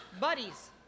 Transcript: buddies